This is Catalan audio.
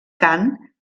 kant